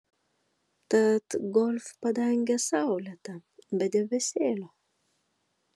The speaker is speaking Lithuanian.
tad golf padangė saulėta be debesėlio